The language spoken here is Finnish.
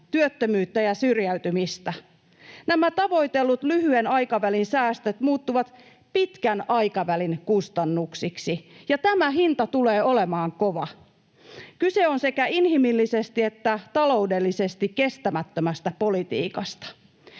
työttömyyttä ja syrjäytymistä. Nämä tavoitellut lyhyen aikavälin säästöt muuttuvat pitkän aikavälin kustannuksiksi, ja tämä hinta tulee olemaan kova. Kyse on sekä inhimillisesti että taloudellisesti kestämättömästä politiikasta.